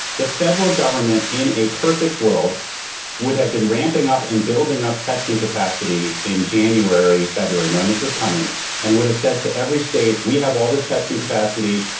the federal government in a perfect world would have been ramping up and building up testing capacity in january, february, notices coming and would've said to every state, we have all this testing capacity,